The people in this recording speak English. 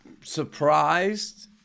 surprised